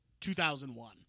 2001